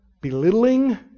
belittling